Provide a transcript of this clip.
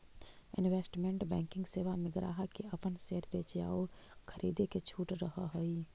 investment banking सेवा में ग्राहक के अपन शेयर बेचे आउ खरीदे के छूट रहऽ हइ